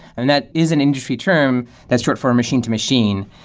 and that is an industry term that's sort for a machine-to-machine.